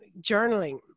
journaling